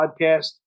podcast